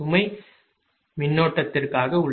இல் சுமை மின்னோட்டத்திற்காக உள்ளது